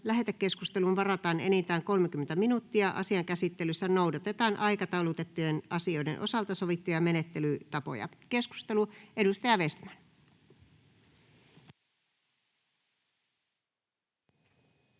Lähetekeskusteluun varataan enintään 30 minuuttia. Asian käsittelyssä noudatetaan aikataulutettujen asioiden osalta sovittuja menettelytapoja. — Edustaja Eestilä.